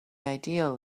ideal